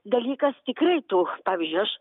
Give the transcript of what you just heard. dalykas tikrai tu pavyzdžiui aš